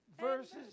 verses